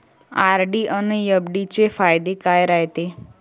RD अन FD चे फायदे काय रायते?